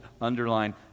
underline